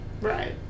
Right